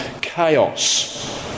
Chaos